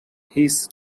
his